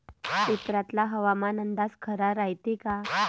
पेपरातला हवामान अंदाज खरा रायते का?